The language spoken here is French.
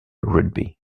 rugby